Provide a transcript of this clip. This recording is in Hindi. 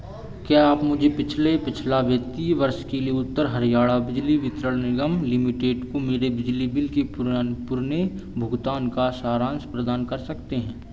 क्या आप मुझे पिछले पिछला वित्तीय वर्ष के लिए उत्तर हरियाणा बिजली वितरण निगम लिमिटेड को मेरे बिजली बिल के पुरान पुरने भुगतान का सारांश प्रदान कर सकते हैं